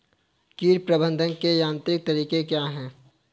कीट प्रबंधक के यांत्रिक तरीके क्या हैं?